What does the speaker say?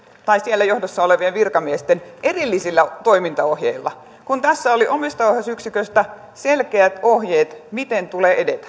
tai siellä johdossa olevien virkamiesten erillisillä toimintaohjeilla tässä oli omistajaohjausyksiköstä selkeät ohjeet miten tuli edetä